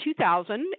2000